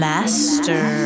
Master